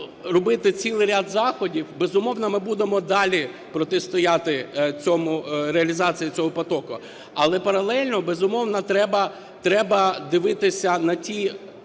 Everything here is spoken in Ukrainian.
робити ряд заходів. Безумовно, ми будемо далі протистояти реалізації цього потоку, але паралельно, безумовно, треба дивитися на